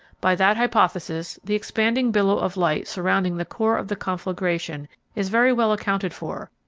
by that hypothesis the expanding billow of light surrounding the core of the conflagration is very well accounted for,